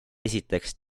esiteks